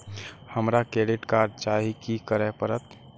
हमरा credit card चाही की करे परतै?